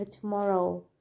tomorrow